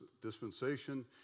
Dispensation